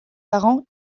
parents